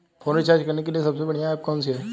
Phone recharge करने के लिए सबसे बढ़िया ऐप कौन सी है?